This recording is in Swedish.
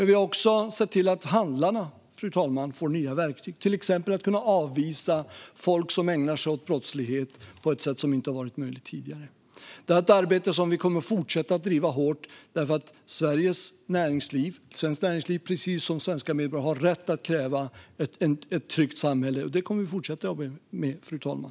Vi har också, fru talman, sett till att handlarna får nya verktyg, till exempel att kunna avvisa folk som ägnar sig åt brottslighet på ett sätt som inte har varit möjligt tidigare. Detta är ett arbete som vi kommer att fortsätta att driva hårt, för svenskt näringsliv har, precis som svenska medborgare, rätt att kräva ett tryggt samhälle. Det kommer vi att fortsätta jobba med, fru talman.